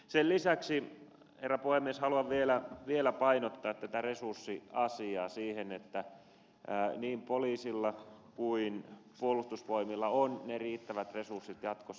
sen lisäksi herra puhemies haluan vielä painottaa tätä resurssiasiaa siten että niin poliisilla kuin puolustusvoimilla on ne riittävät resurssit jatkossa